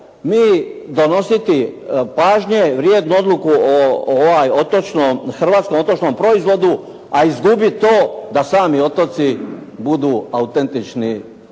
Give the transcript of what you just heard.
mi donositi pažnje, vrijednu odluku o hrvatskom otočnom proizvodu a izgubiti to da sami otoci budu autentični hrvatski.